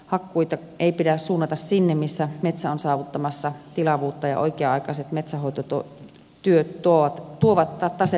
hakkuita ei pidä suunnata sinne missä metsä on saavuttamassa tilavuutta ja oikea aikaiset metsänhoitotyöt tuovat tasetta lisää